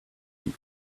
you